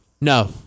No